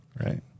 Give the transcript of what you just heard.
Right